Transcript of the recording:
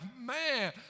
man